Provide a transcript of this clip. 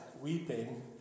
weeping